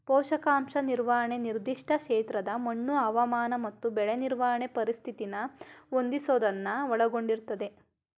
ಪೋಷಕಾಂಶ ನಿರ್ವಹಣೆ ನಿರ್ದಿಷ್ಟ ಕ್ಷೇತ್ರದ ಮಣ್ಣು ಹವಾಮಾನ ಮತ್ತು ಬೆಳೆ ನಿರ್ವಹಣೆ ಪರಿಸ್ಥಿತಿನ ಹೊಂದಿಸೋದನ್ನ ಒಳಗೊಂಡಿರ್ತದೆ